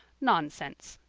nonsense,